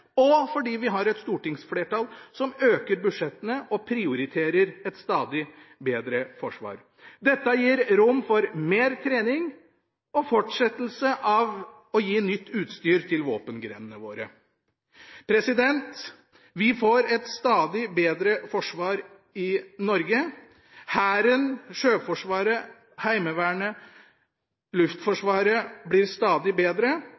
og fordi vi har et stortingsflertall som øker budsjettene og prioriterer et stadig bedre forsvar. Dette gir rom for mer trening og fortsettelse av å gi nytt utstyr til våpengrenene våre. Vi får et stadig bedre forsvar i Norge. Hæren, Sjøforsvaret, Heimevernet og Luftforsvaret blir stadig bedre.